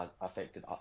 affected